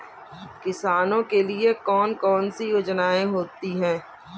किसानों के लिए कौन कौन सी योजनायें होती हैं?